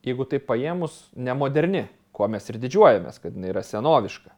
jeigu taip paėmus nemoderni kuo mes ir didžiuojamės kad jinai yra senoviška